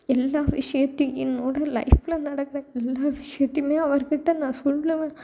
எல்லா விஷயத்தையும் என்னோட ஃலைப்பில் நடக்கிற எல்லா விஷயத்தையும் அவர்கிட்ட நான் சொல்வேன்